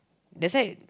that side